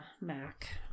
Mac